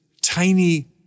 tiny